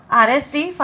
5RST6